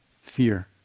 fear